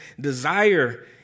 desire